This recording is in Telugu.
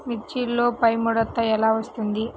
మిర్చిలో పైముడత ఎలా వస్తుంది?